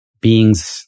beings